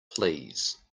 please